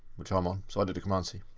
which i'm on, so i did a command c,